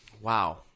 Wow